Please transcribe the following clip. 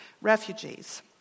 refugees